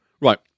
Right